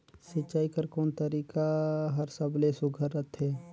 सिंचाई कर कोन तरीका हर सबले सुघ्घर रथे?